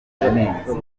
yanenze